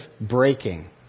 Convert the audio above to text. breaking